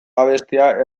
abestia